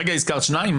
הרגע הזכרת שניים.